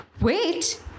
Wait